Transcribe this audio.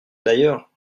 d’ailleurs